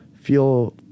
feel